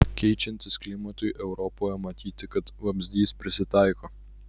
keičiantis klimatui europoje matyti kad vabzdys prisitaiko